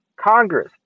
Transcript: Congress